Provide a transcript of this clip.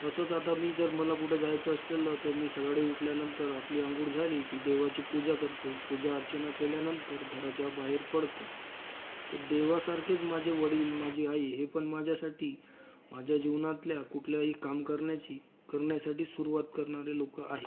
तसंच आता मी जर मला कुठं जायचं असलेलं तर मी सकाळी उठल्यानंतर आपली आंघोळ झाली की देवाची पूजा करतो पूजाअर्चना केल्यानंतर घराच्या बाहेर पडतो तर देवासारखेच माझे वडील माझी आई हे पण माझ्यासाठी माझ्या जीवनातल्या कुठल्याही काम करण्याची करण्यासाठी सुरुवात करणारे लोक आहेत